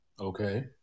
Okay